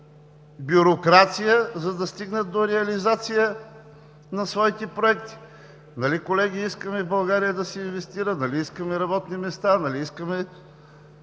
бюрокрация, за да стигнат до реализация на своите проекти? Нали, колеги, искаме в България да се инвестира, нали искаме работни места, нали искаме